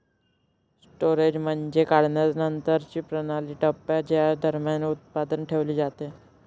storage म्हणजे काढणीनंतरच्या प्रणालीचा टप्पा ज्या दरम्यान उत्पादने ठेवली जातात